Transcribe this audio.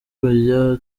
kujya